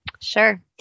Sure